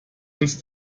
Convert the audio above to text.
uns